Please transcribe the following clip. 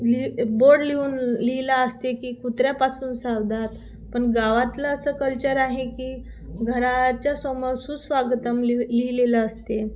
लिह बोर्ड लिहून लिहिलं असते की कुत्र्यापासून सावधान पण गावातलं असं कल्चर आहे की घराच्या समोर सुस्वागतम लिह लिहिलेलं असते